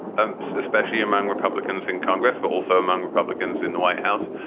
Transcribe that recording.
um especially among republicans in congress, but also among republicans in the white house.